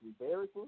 embarrassing